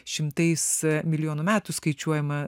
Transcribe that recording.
šimtais milijonų metų skaičiuojama